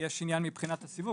שיש עניין מבחינת הסיווג,